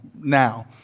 Now